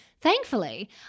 Thankfully